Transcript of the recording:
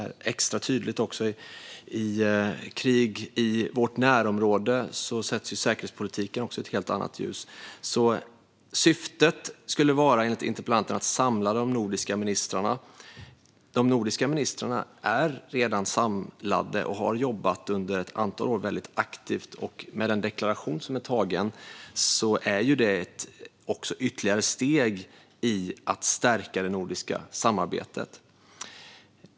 Med krig i vårt närområde sätts säkerhetspolitiken också i ett helt annat ljus. Syftet skulle enligt interpellanten vara att samla de nordiska ministrarna. De nordiska ministrarna är redan samlade och har under ett antal år jobbat väldigt aktivt. Den deklaration som är antagen är ytterligare ett steg i att stärka det nordiska samarbetet.